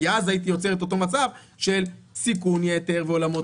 כי אז הייתי יוצר את אותו מצב של סיכון יתר ועולמות כאלה.